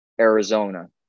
Arizona